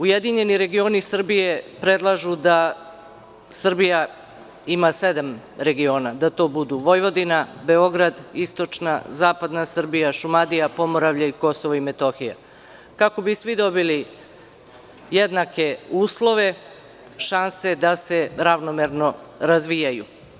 Ujedinjeni regioni Srbije predlažu da Srbija ima sedam regiona, da to budu: Vojvodina, Beograd, istočna i zapadna Srbija, Šumadija, Pomoravlje i Kosovo i Metohija, kako bi svi dobili jednake uslove, šanse da se ravnomerno razvijaju.